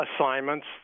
assignments